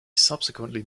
subsequently